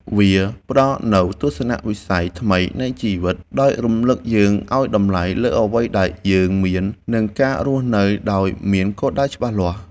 វាផ្ដល់នូវទស្សនៈវិស័យថ្មីនៃជីវិត ដោយរំលឹកយើងឱ្យតម្លៃលើអ្វីដែលយើងមាន និងការរស់នៅដោយមានគោលដៅច្បាស់លាស់។